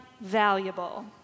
valuable